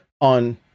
on